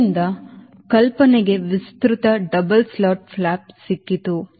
ಆದ್ದರಿಂದ ಕಲ್ಪನೆಗೆ ವಿಸ್ತೃತ ಡಬಲ್ ಸ್ಲಾಟ್ ಫ್ಲಾಪ್ ಸಿಕ್ಕಿತು